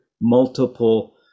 multiple